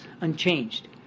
unchanged